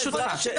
רועי, ברשותך.